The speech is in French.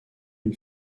une